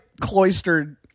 cloistered